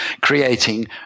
creating